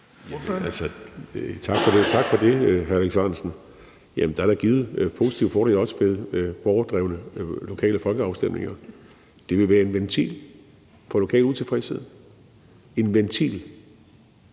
Tak for det, hr. Alex Ahrendtsen. Jamen der er da givet positive fordele også ved borgerdrevne lokale folkeafstemninger. Det vil være en ventil for lokal utilfredshed; det